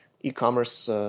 e-commerce